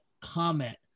comment